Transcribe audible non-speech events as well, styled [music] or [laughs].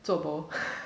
zuo bo [laughs]